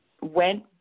went